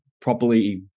properly